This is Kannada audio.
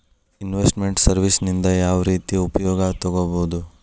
ಇನ್ವೆಸ್ಟ್ ಮೆಂಟ್ ಸರ್ವೇಸ್ ನಿಂದಾ ಯಾವ್ರೇತಿ ಉಪಯೊಗ ತಗೊಬೊದು?